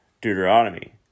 Deuteronomy